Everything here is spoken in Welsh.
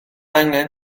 angen